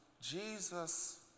Jesus